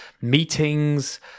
meetings